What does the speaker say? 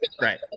Right